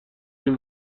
این